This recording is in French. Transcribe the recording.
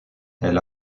elle